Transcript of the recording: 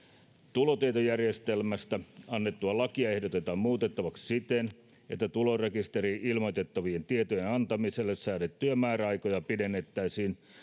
tulotietojärjestelmästä annettua lakia ehdotetaan muutettavaksi siten että tulorekisteriin ilmoitettavien tietojen antamiselle säädettyjä määräaikoja pidennettäisiin